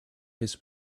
this